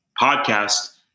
podcast